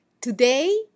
today